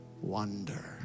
wonder